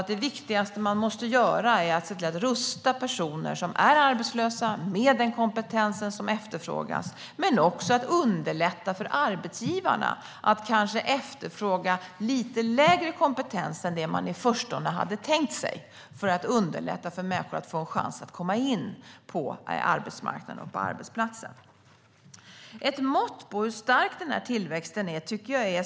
Det viktigaste som man måste göra är självklart att se till att rusta personer som är arbetslösa med den kompetens som efterfrågas och också att underlätta för arbetsgivare att efterfråga lite lägre kompetens än den som man i förstone hade tänkt sig - detta för att underlätta för människor att få en chans att komma in på arbetsmarknaden.